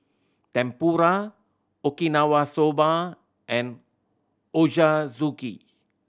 Tempura Okinawa Soba and Ochazuke